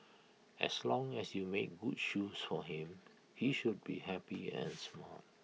as long as you made good shoes for him he should be happy and smile